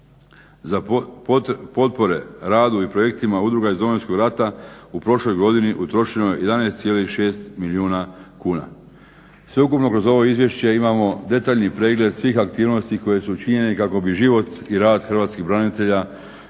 Za potpore radu i projektima udrugama iz Domovinskog rata u prošloj godini utrošeno je 11,6 milijuna kuna. Sveukupno kroz ovo izvješće imamo detaljni pregled svih aktivnosti koje su učinjene kako bi život i rad hrvatskih branitelja